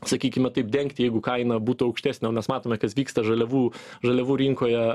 sakykime taip dengti jeigu kaina būtų aukštesnė o mes matome kas vyksta žaliavų žaliavų rinkoje